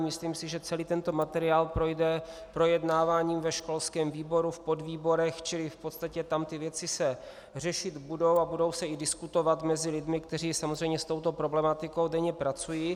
Myslím si, že celý tento materiál projde projednáváním ve školském výboru, v podvýborech, čili v podstatě tam ty věci se řešit budou a budou se i diskutovat mezi lidmi, kteří samozřejmě s touto problematikou denně pracují.